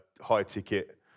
high-ticket